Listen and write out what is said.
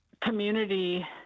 community